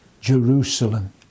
Jerusalem